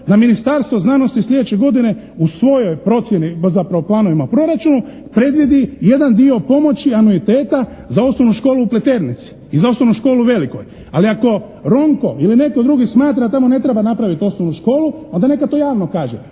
da Ministarstvo znanosti sljedeće godine u svojoj procjeni, zapravo planovima u proračunu, predvidi jedan dio pomoći anuiteta za osnovnu školu u Pleternici i za osnovu školu u Velikoj. Ali ako Ronko ili netko drugi smatra da tamo ne treba napraviti osnovnu školu onda neka to javno kaže.